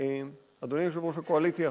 הקואליציה,